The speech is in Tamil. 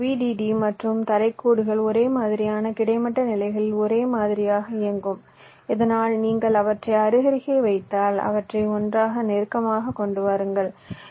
டி மற்றும் தரை கோடுகள் ஒரே மாதிரியான கிடைமட்ட நிலைகளில் ஒரே மாதிரியாக இயங்கும் இதனால் நீங்கள் அவற்றை அருகருகே வைத்தால் அவற்றை ஒன்றாக நெருக்கமாக கொண்டு வாருங்கள் இந்த வி